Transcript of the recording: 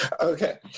Okay